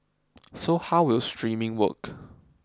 so how will streaming work